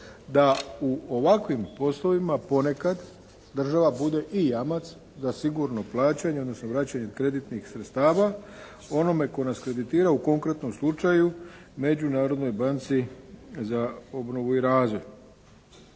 da u ovakvim poslovima ponekad država bude i jamac za sigurno plaćanje, odnosno vraćanje kreditnih sredstava onome tko nas kreditira u konkretnom slučaju Međunarodnoj banci za obnovu i razvoj.